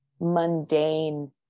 mundane